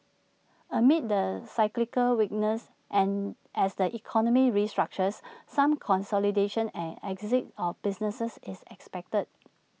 amid the cyclical weakness and as the economy restructures some consolidation and exit of businesses is expected